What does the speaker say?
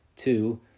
Two